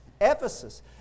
Ephesus